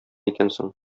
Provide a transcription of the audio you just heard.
икәнсең